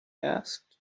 asked